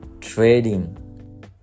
trading